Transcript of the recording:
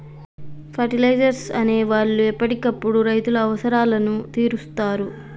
fertilisers అనే వాళ్ళు ఎప్పటికప్పుడు రైతుల అవసరాలను తీరుస్తారు